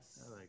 yes